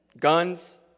Guns